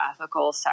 ethical